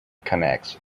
connects